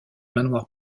manoir